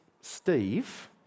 Steve